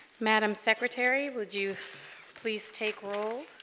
madam secretary would you please take role